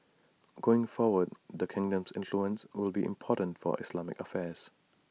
going forward the kingdom's influence will be important for Islamic affairs